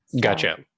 Gotcha